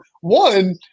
one